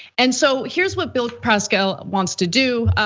and so here's what bill pascrell wants to do.